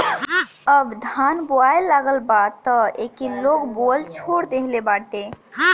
अब धान बोआए लागल बा तअ एके लोग बोअल छोड़ देहले बाटे